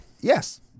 Yes